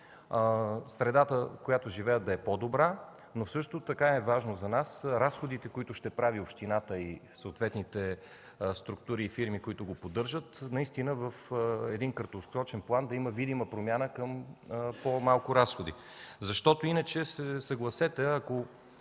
средата, в която живеят, да е по-добра, но съща така е важно за нас разходите, които ще прави общината и съответните структури и фирми, които го поддържат, наистина в един краткосрочен план да има видима промяна към по-малко разходи. Защото иначе, съгласете се,